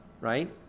right